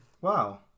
Wow